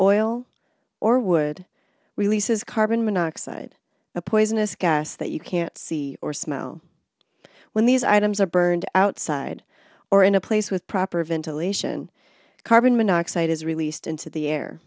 oil or would release is carbon monoxide a poisonous gas that you can't see or smell when these items are burned outside or in a place with proper ventilation carbon monoxide is released into the air